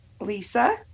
Lisa